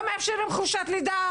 לא מאפשרים חופשת לידה